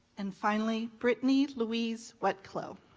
and finally, brittany louise wetklow.